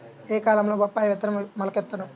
ఏ కాలంలో బొప్పాయి విత్తనం మొలకెత్తును?